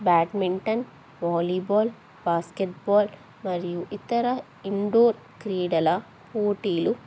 badminton volleyball basketball మరియు ఇతర indoor క్రీడల పోటీలు